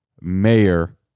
mayor